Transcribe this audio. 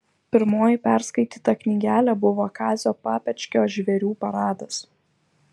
pirmoji perskaityta knygelė buvo kazio papečkio žvėrių paradas